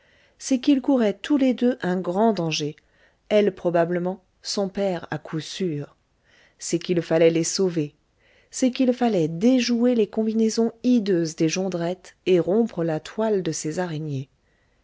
c'est qu'ils couraient tous les deux un grand danger elle probablement son père à coup sûr c'est qu'il fallait les sauver c'est qu'il fallait déjouer les combinaisons hideuses des jondrette et rompre la toile de ces araignées